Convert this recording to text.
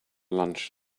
lunch